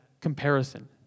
comparison